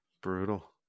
Brutal